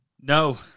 No